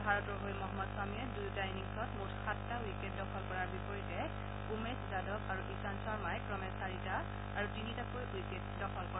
ভাৰতৰ হৈ মহম্মদ খামীয়ে দুয়োটা ইনিংছত মুঠ সাতটা উইকেট দখল কৰাৰ বিপৰীতে উমেশ যাদৱ আৰু ঈশান্ত শৰ্মই ক্ৰমে চাৰিটা আৰু তিনিটাকৈ উইকেট দখল কৰে